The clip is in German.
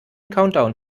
countdown